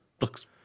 looks